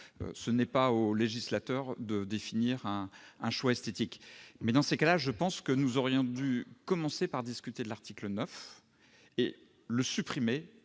revient pas au législateur de définir un choix esthétique. Mais dans ce cas, nous aurions dû commencer par discuter de l'article 9 et le supprimer